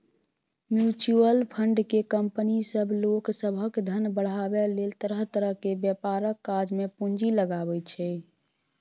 mutual fund केँ company सब लोक सभक धन बढ़ाबै लेल तरह तरह के व्यापारक काज मे पूंजी लगाबै छै